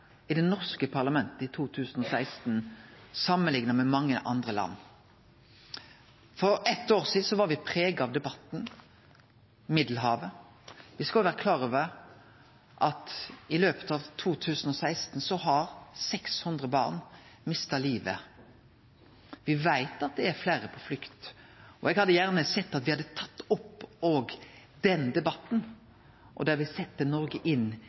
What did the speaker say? i det norske parlamentet i 2016 – samanlikna med mange andre land. For eitt år sidan var me prega av debatten om Middelhavet. Me skal vere klar over at i løpet av 2016 har 600 barn mista livet. Me veit at det er fleire på flukt. Eg hadde gjerne sett at me hadde tatt opp òg den debatten, der me set Noreg inn